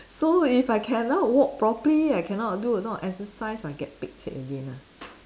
so if I cannot walk properly I cannot do a lot of exercise I get pek cek again ah